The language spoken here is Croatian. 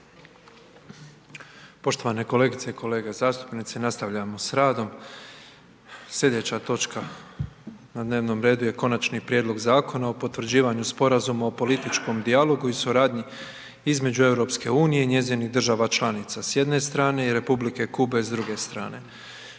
**Petrov, Božo (MOST)** Slijedeća točka na dnevnom redu je: - Konačni Prijedlog Zakona o potvrđivanju sporazuma o političkom dijalogu i suradnji između Europske unije i njenih država članica, s jedne strane i Republike Kube, s druge strane,